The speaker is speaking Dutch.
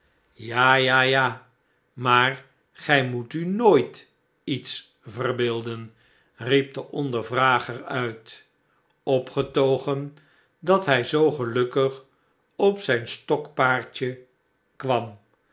ja ja ja maar gij moet u nooit iets verbeelden riep de ondervrager uit opgetogen dat hij zoo gelukkig op zijn stokpaardje kwam